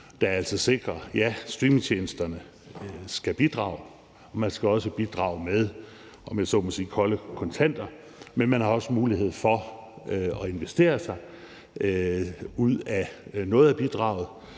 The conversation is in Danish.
der sikrer, at streamingtjenesterne skal bidrage, og at man, om jeg så må sige, også skal bidrage med kolde kontanter, men at man også har en mulighed for at investere sig ud af noget af bidraget.